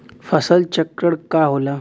फसल चक्रण का होला?